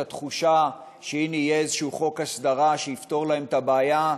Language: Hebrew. התחושה שהנה יהיה איזשהו חוק הסדרה שיפתור להן את הבעיה,